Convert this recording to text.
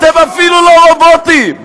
אתם אפילו לא רובוטים.